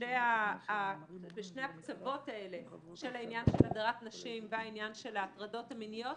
שני הקצוות האלה של העניין של הדרת נשים והעניין של ההטרדות המיניות